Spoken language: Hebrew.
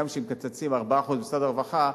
גם כשמקצצים 4% ממשרד הרווחה,